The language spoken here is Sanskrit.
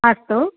अस्तु